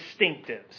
distinctives